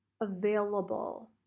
available